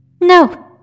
No